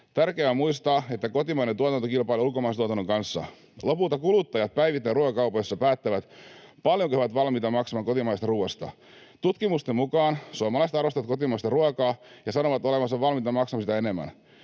Tärkeää on muistaa, että kotimainen tuotanto kilpailee ulkomaisen tuotannon kanssa. Lopulta kuluttajat päivittäin ruokakaupoissa päättävät, paljonko he ovat valmiita maksamaan kotimaisesta ruoasta. Tutkimusten mukaan suomalaiset arvostavat kotimaista ruokaa ja sanovat olevansa valmiita maksamaan siitä enemmän.